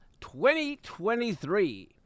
2023